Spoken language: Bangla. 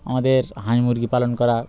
আমাদের মুরগি পালন করা